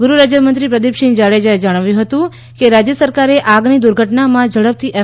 ગૃહ રાજ્યમંત્રી પ્રદીપસિંહ જાડેજાએ જણાવ્યું હતું કે રાજ્ય સરકારે આગની દુર્ઘટનામાં ઝડપથી એફ